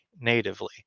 natively